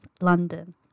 London